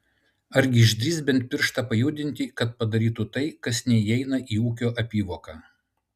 argi išdrįs bent pirštą pajudinti kad padarytų tai kas neįeina į ūkio apyvoką